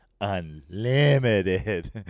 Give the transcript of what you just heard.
Unlimited